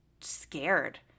scared